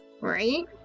Right